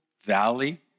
valley